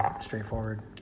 straightforward